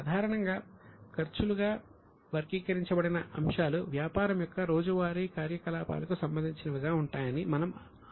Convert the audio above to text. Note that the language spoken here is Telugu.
సాధారణంగా ఖర్చులుగా వర్గీకరించబడిన అంశాలు వ్యాపారం యొక్క రోజువారి కార్యకలాపాలకు సంబంధించినవిగా ఉంటాయని మనము అనుకుంటాము